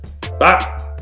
bye